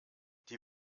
die